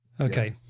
Okay